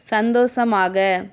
சந்தோஷமாக